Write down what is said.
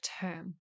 term